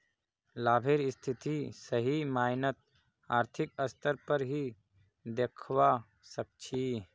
लाभेर स्थिति सही मायनत आर्थिक स्तर पर ही दखवा सक छी